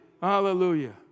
Hallelujah